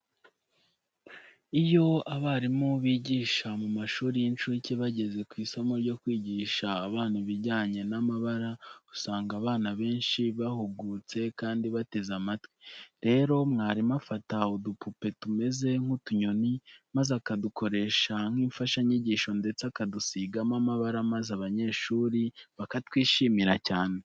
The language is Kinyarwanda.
Iyo abarimu bigisha mu mashuri y'incuke bageze ku isomo ryo kwigisha abana ibijyanye n'amabara, usanga abana benshi bahugutse kandi bateze amatwi. Rero mwarimu afata udupupe tumeze nk'utunyoni maze akadukoresha nk'imfashanyigisho ndetse akadusigamo amabara maze abanyeshuri bakatwishimira cyane.